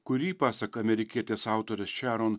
kurį pasak amerikietės autorius šeron